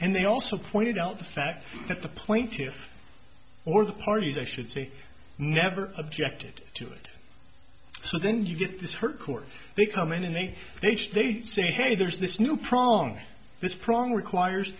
and they also pointed out the fact that the plaintiffs or the parties i should say never objected to it so then you get this her court they come in and they age they say hey there's this new problem on this program requires